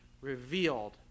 revealed